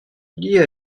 liées